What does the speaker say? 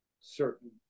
certain